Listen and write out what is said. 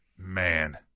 Man